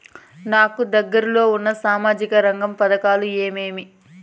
నాకు దగ్గర లో ఉన్న సామాజిక రంగ పథకాలు ఏమేమీ?